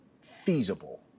feasible